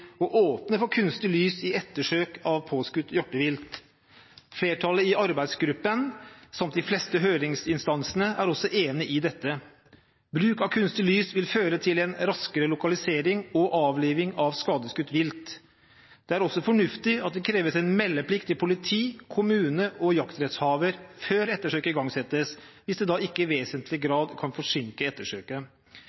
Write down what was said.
å åpne for kunstig lys i ettersøk av påskutt hjortevilt. Flertallet i arbeidsgruppen, samt de fleste av høringsinstansene, er også enig i dette. Bruk av kunstig lys vil føre til en raskere lokalisering og avliving av skadeskutt vilt. Det er også fornuftig at det kreves en meldeplikt til politi, kommune og jaktrettshaver før ettersøk igangsettes, hvis dette ikke i vesentlig